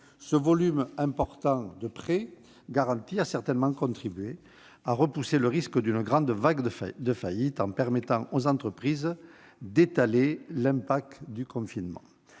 Ce volume important a certainement contribué à repousser le risque d'une grande vague de faillites, en permettant aux entreprises d'étaler l'incidence du confinement.